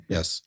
Yes